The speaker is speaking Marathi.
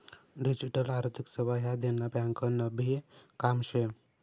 डिजीटल आर्थिक सेवा ह्या देना ब्यांकनभी काम शे